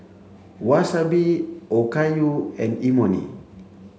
Wasabi Okayu and Imoni